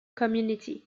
community